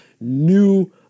new